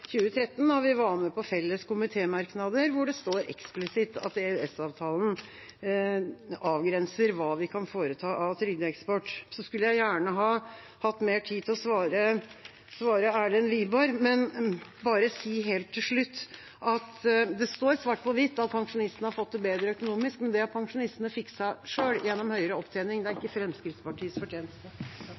2013. Da var vi med på felles komitémerknader hvor det står eksplisitt at EØS-avtalen avgrenser hva vi kan foreta av trygdeeksport. Så skulle jeg gjerne hatt mer tid til å svare Erlend Wiborg, men vil bare si helt til slutt at det står svart på hvitt at pensjonistene har fått det bedre økonomisk, men det har pensjonistene fikset selv gjennom høyere opptjening. Det er ikke Fremskrittspartiets fortjeneste.